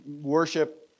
worship